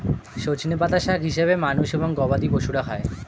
সজনে পাতা শাক হিসেবে মানুষ এবং গবাদি পশুরা খায়